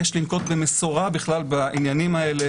שיש לנקוט במשורה בכלל בעניינים האלה